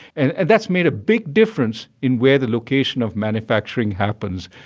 and and that's made a big difference in where the location of manufacturing happens.